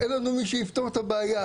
אין לנו מי שיפתור את הבעיה.